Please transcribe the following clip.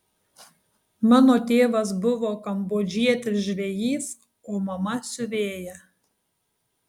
mano tėvas buvo kambodžietis žvejys o mama siuvėja